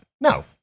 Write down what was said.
No